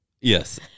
yes